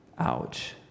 Ouch